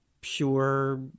pure